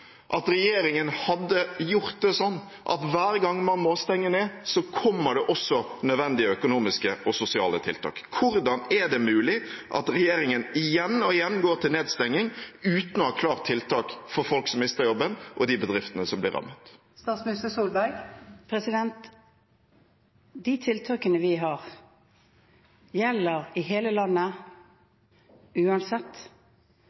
at regjeringen hadde gjort det slik at hver gang man må stenge ned, kommer det også nødvendige økonomiske og sosiale tiltak. Hvordan er det mulig at regjeringen igjen og igjen går til nedstenging uten å ha klart tiltak for folk som mister jobben og de bedriftene som blir rammet? De tiltakene vi har, gjelder i hele